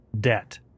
debt